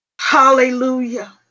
Hallelujah